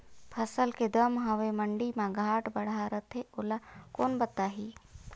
फसल के दम हवे मंडी मा घाट बढ़ा रथे ओला कोन बताही?